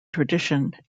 tradition